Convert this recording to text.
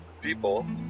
People